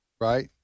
Right